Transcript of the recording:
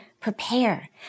prepare